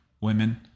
women